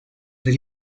the